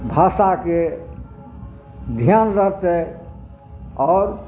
भाषाके ध्यान रहतै आओर